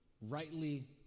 rightly